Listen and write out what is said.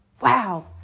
Wow